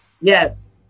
Yes